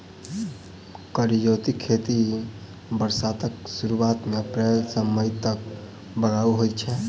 करियौती खेती बरसातक सुरुआत मे अप्रैल सँ मई तक बाउग होइ छै